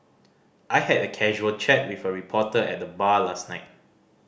I had a casual chat with a reporter at the bar last night